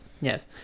Yes